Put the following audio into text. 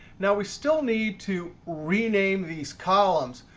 now we still need to rename these columns.